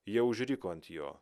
jie užriko ant jo